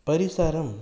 परिसरम्